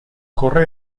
corre